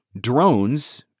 drones